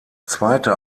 zweite